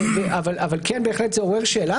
אבל בהחלט זה עורר שאלה,